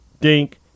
dink